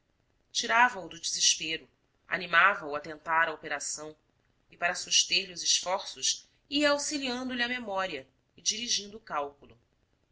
tirava o do desespero animava o a tentar a operação e para suster lhe os esforços ia auxiliando lhe a memória e dirigindo o cálculo